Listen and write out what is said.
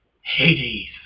Hades